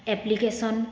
application